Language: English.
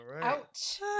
Ouch